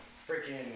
freaking